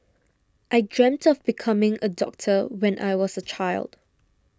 I dreamt of becoming a doctor when I was a child